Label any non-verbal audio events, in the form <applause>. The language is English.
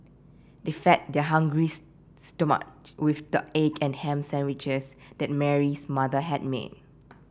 they fed their hungry <unintelligible> stomach with the egg and ham sandwiches that Mary's mother had made